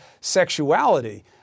sexuality